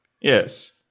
Yes